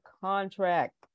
contract